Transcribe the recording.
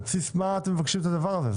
על בסיס מה אתם מבקשים את הדבר הזה?